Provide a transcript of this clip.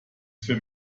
für